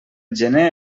gener